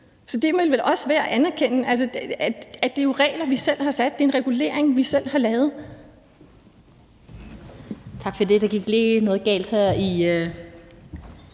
Så det er vel også værd at anerkende, altså at det jo er regler, vi selv har sat op. Det er en regulering, vi selv har lavet.